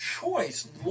choice